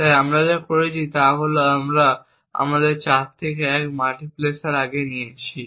তাই আমরা যা করেছি তা হল আমরা আমাদের 4 থেকে 1 মাল্টিপ্লেক্সার আগে নিয়েছি